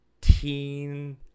teen